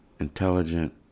Intelligent